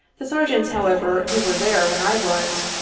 the sergeants, however, who were there when i was,